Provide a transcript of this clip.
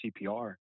CPR